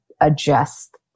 adjust